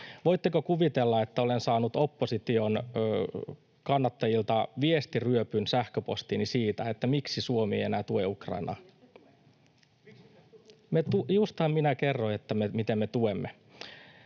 Voitteko kuvitella, että olen saanut opposition kannattajilta viestiryöpyn sähköpostiini siitä, miksi Suomi ei enää tue Ukrainaa? [Aino-Kaisa Pekonen: Miksi te ette